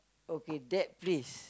okay that place